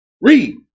Read